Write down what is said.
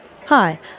Hi